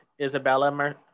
Isabella